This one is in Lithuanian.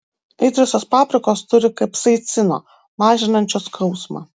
aitriosios paprikos turi kapsaicino mažinančio skausmą